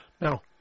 Now